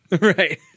Right